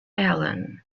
alan